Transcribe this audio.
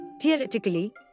Theoretically